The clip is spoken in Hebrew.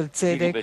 של צדק,